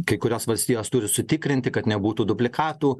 kai kurios valstijos turi sutikrinti kad nebūtų dublikatų